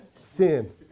Sin